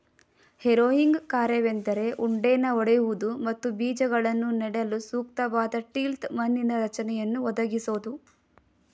harrowing ಕಾರ್ಯವೆಂದರೆ ಉಂಡೆನ ಒಡೆಯುವುದು ಮತ್ತು ಬೀಜಗಳನ್ನು ನೆಡಲು ಸೂಕ್ತವಾದ ಟಿಲ್ತ್ ಮಣ್ಣಿನ ರಚನೆಯನ್ನು ಒದಗಿಸೋದು